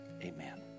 amen